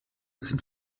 sind